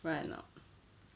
right or not